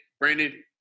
Brandon